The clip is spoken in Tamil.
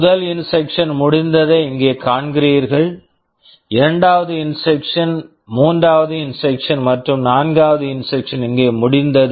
முதல் இன்ஸ்ட்ரக்க்ஷன் instruction முடிந்ததை இங்கே காண்கிறீர்கள் இரண்டாவது இன்ஸ்ட்ரக்க்ஷன் instruction மூன்றாவது இன்ஸ்ட்ரக்க்ஷன் instruction மற்றும் நான்காவது இன்ஸ்ட்ரக்க்ஷன் instruction இங்கே முடிந்தது